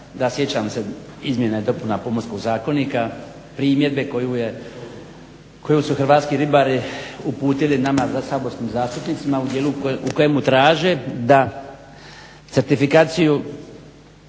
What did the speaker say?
da, sjećam se izmjena i dopuna Pomorskog zakonika, primjedbe koju su hrvatski ribari uputili nama saborskim zastupnicima u dijelu u kojemu traže da certifikaciju